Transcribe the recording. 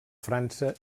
frança